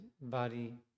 body